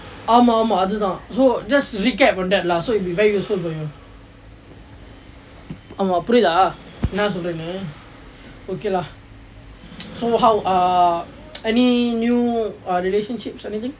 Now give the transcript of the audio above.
ஆமாம் ஆமாம் அது தான்:aamaam aamaam athu thaan so just recap on that lah so it'll be very useful for you ஆமாம் புரியுதா என்ன சொல்றேன்னு:aamaam puriyuthaa enna solrennu okay lah so how err any new relationships or anything